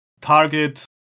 target